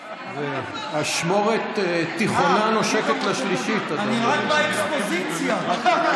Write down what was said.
אשמורת תיכונה נושקת לשלישית, אני רק באקספוזיציה.